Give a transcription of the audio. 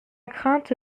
crainte